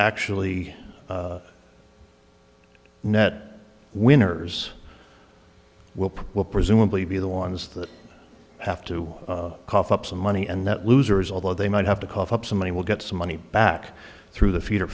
actually net winners well will presumably be the ones that have to cough up some money and that losers although they might have to cough up some money will get some money back through the feeder